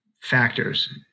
factors